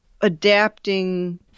adapting